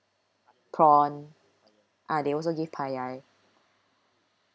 prawn ah they also give paella